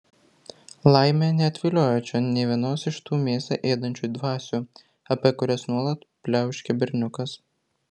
laimė neatviliojo čion nė vienos iš tų mėsą ėdančių dvasių apie kurias nuolat pliauškia berniukas